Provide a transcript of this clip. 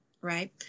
right